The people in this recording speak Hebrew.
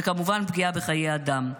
וכמובן בפגיעה בחיי אדם.